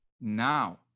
now